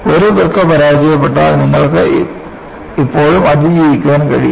ഒരു വൃക്ക പരാജയപ്പെട്ടാൽ നിങ്ങൾക്ക് ഇപ്പോഴും അതിജീവിക്കാൻ കഴിയും